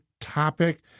topic